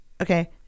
Okay